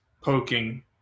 poking